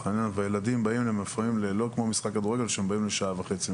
והילדים באים זה לא כמו משחק כדורגל שהם באים לשעה וחצי,